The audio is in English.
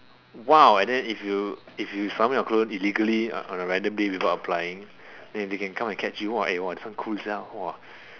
!wow! and then if you if you summon your clone illegally on a random day without applying then they can come and catch you !wah! eh !wah! this one cool sia !wah!